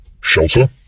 shelter